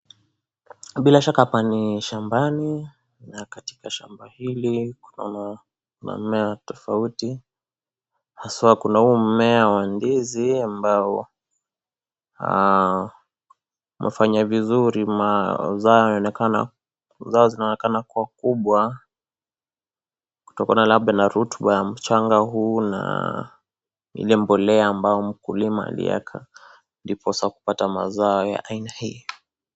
Bila shaka hapa ni shambani na katika shamba hili lina mimea tofauti hasa Kuna huu mmea wa ndizi ambao umefanya vizuri mazao zao zinaonekana kuwa kubwa kutokana labda na rutuba ya mchanga huu na Ile mbolea ambayo mkulima aliweka ndiposa kupata mazao ya aina hii.